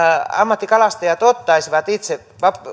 ammattikalastajat ottaisivat itse